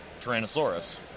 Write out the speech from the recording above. Tyrannosaurus